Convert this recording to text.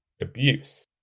abuse